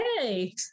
Hey